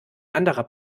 anderer